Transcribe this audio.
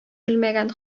белмәгән